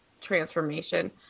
transformation